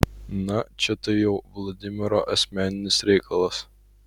na čia tai jau vladimiro asmeninis reikalas